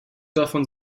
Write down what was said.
davon